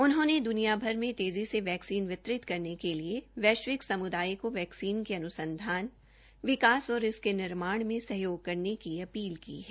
उन्होंने द्रनियाभर में तेजी से वैक्सीन वितरित करने के लिए वैष्विक समुदाय को वैक्सीन के अनुसंधान विकास और इसके निर्माण में सहयोग करने की अपील की है